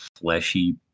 fleshy